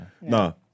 No